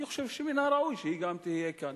אני חושב שמן הראוי שגם היא תהיה כאן.